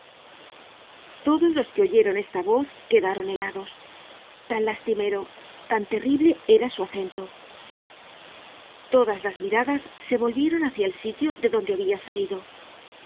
todos los que oyeron esta voz quedaron helados tan lastimero tan terrible era su acento todas las miradas se volvieron hácia el sitio de donde habia salido